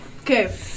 Okay